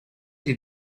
did